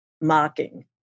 mocking